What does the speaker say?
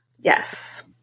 Yes